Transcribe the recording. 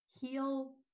heal